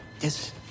Yes